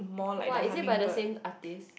!wah! is it by the same artist